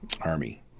Army